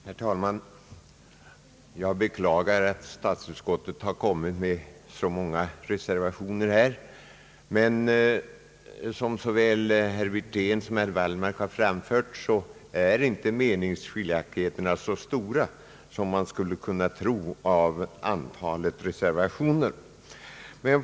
Herr talman! Jag beklagar att statsutskottet har kommit med så många reservationer i detta utlåtande. Som såväl herr Wirtén som herr Wallmark har anfört är dock inte meningsskiljaktigheterna så stora som man skulle kunna tro av antalet reservationer.